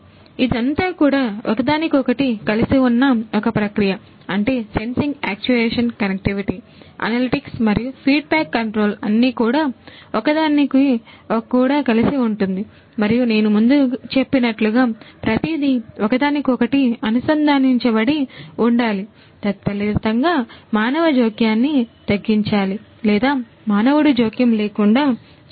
కాబట్టి ఇది అంతా కూడా ఒకదానికొకటి కలిసి ఉన్నా ఒక ప్రక్రియ అంటే సెన్సింగ్ యాక్చుయేషన్ కనెక్టివిటీ అనలిటిక్స్ మరియు ఫీడ్బ్యాక్ కంట్రోల్ అన్నీ కూడా ఒక్క దానికి కూడా కలిసి ఉంటుంది మరియు నేను ముందు చెప్పినట్లు గా ప్రతిదీ ఒకదానికొకటి అనుసంధానించబడి ఉండాలి తత్ఫలితంగా మానవ జోక్యాన్ని తగ్గించాలి లేదా మానవుడు జోక్యం లేకుండా చేయాలి